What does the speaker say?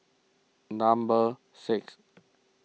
number six